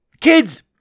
Kids